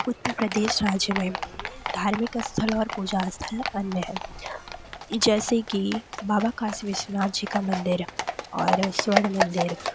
उत्तर प्रदेश राज्य में धार्मिक स्थल और पूजा स्थल अन्य हैं जैसे कि बाबा काशी विश्वनाथ जी का मंदिर और स्वर्ण मंदिर